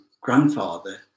grandfather